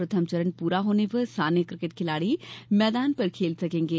प्रथम चरण पूरा होने पर स्थानीय क्रिकेट खिलाड़ी मैदान पर खेल सकेंगे